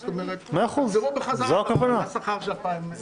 זאת אומרת שתחזרו בחזרה לשכר של 2021. מאה אחוז,